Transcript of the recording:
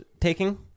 taking